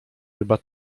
chyba